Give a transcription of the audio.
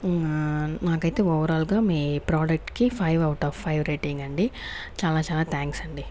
నాకైతే ఓవరాల్ గా మీ ప్రాడక్ట్ కి five out of five rating అండి చాలా చాలా థ్యాంక్స్ అండి